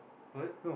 what